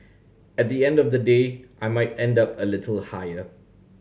at the end of the day I might end up a little higher